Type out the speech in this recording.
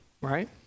right